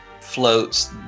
floats